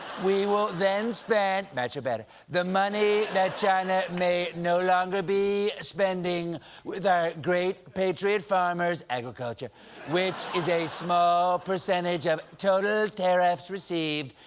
we will then spend match or better the money that china may no longer be spending with our great patriot farmers agriculture which is a small percentage of total tariffs received,